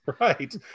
right